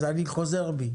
אז אני חזור בי.